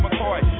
McCoy